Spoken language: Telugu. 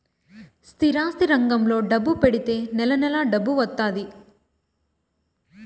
స్థిరాస్తి రంగంలో డబ్బు పెడితే నెల నెలా డబ్బు వత్తాది